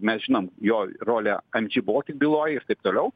mes žinom jo rolę mg boltik byloj ir taip toliau